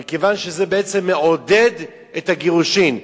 מכיוון שזה בעצם מעודד את הגירושים,